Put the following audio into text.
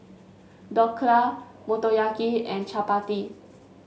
Dhokla Motoyaki and Chapati